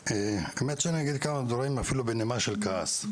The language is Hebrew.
האמת שאני אגיד כמה דברים אפילו בנימה של כעס,